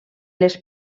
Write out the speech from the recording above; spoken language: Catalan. les